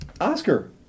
Oscar